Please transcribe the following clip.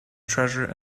treasure